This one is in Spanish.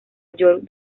york